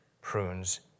prunes